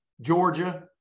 Georgia